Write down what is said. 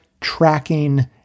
tracking